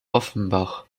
offenbach